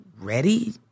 ready